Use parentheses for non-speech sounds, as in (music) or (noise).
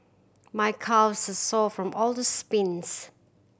my calves (unintelligible) sore from all the sprints